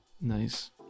Nice